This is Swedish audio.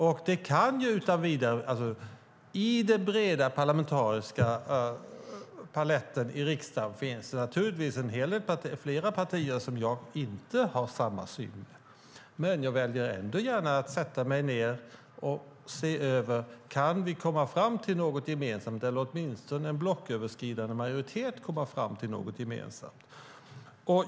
I den breda, parlamentariska paletten i riksdagen finns naturligtvis flera partier som jag inte har samma syn som, men jag väljer ändå gärna att sätta mig ned och se över om vi, eller åtminstone en blocköverskridande majoritet, kan komma fram till något gemensamt.